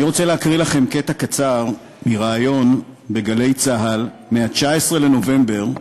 אני רוצה להקריא לכם קטע קצר מריאיון ב"גלי צה"ל" ב-19 בנובמבר,